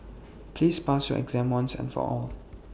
please pass your exam once and for all